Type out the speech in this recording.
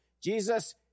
Jesus